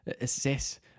assess